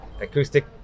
acoustic